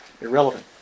irrelevant